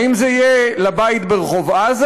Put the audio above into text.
האם זה יהיה לבית ברחוב עזה?